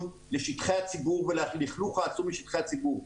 לשטחי הציבור וללכלוך העצום בשטחי הציבור.